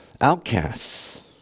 outcasts